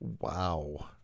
Wow